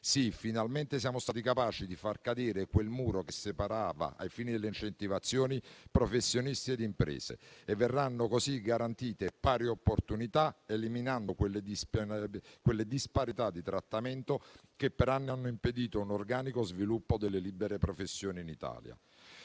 Sì, finalmente siamo stati capaci di far cadere quel muro che separava, ai fini delle incentivazioni, professionisti ed imprese, e verranno così garantite pari opportunità eliminando quelle disparità di trattamento che per anni hanno impedito un organico sviluppo delle libere professioni in Italia.